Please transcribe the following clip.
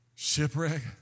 Shipwreck